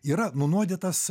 yra nunuodytas